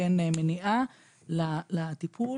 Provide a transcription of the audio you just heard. בין המניעה לטיפול.